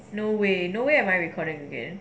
no way no way am I recording again